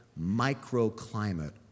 microclimate